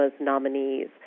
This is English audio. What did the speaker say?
nominees